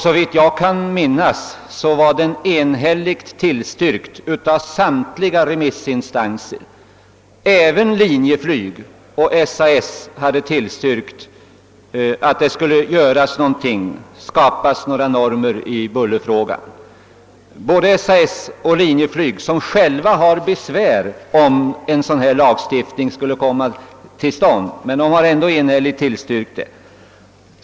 Såvitt jag kan minnas tillstyrktes den enhälligt av samtliga remissinstanser. Även Linjeflyg och SAS, som skulle få besvär av en lagstiftning på detta område, tillstyrkte förslaget att det skulle skapas normer för högsta tillåtna buller.